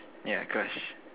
yeah crush